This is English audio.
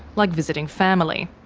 like visiting family.